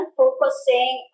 focusing